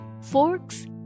forks